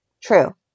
true